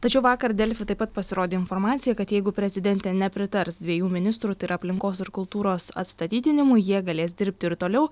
tačiau vakar delfi taip pat pasirodė informacija kad jeigu prezidentė nepritars dviejų ministrų tai yra aplinkos ir kultūros atstatydinimui jie galės dirbti ir toliau